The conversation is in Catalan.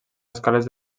escales